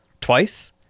twice